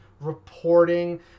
reporting